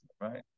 right